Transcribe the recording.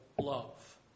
love